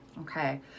Okay